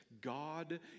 God